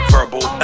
Verbal